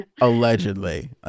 allegedly